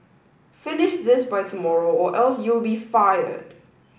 finish this by tomorrow or else you'll be fired